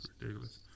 Ridiculous